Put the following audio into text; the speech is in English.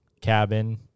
cabin